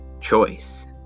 choice